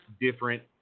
different